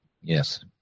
Yes